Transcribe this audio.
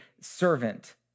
servant